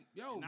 yo